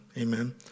amen